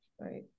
right